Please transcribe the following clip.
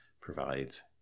provides